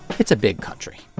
it's a big country.